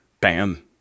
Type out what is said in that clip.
Bam